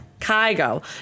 Kygo